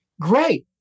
great